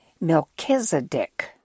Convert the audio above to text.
Melchizedek